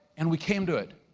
and we came to it,